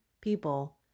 people